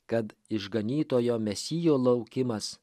kad išganytojo mesijo laukimas